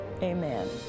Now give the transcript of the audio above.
Amen